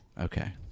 Okay